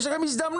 יש לכם הזדמנות.